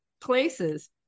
places